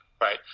right